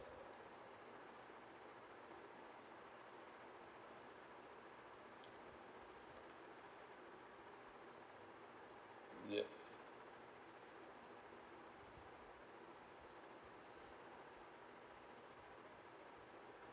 yup